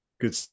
good